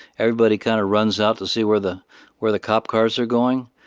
everybody kind of runs out to see where the where the cop cars are going,